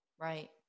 Right